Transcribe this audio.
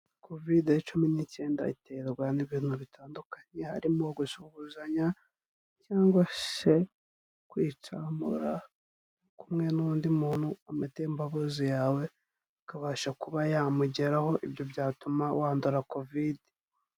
Kovide cumi n'icyenda iterwa n'ibintu bitandukanye, harimo gusuhuzanya cyangwa se kwitsamura, kumwe n'undi muntu amatembabuzi yawe akabasha kuba yamugeraho ibyo byatuma wandura kovide.